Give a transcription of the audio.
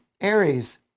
Aries